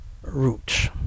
roots